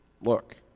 look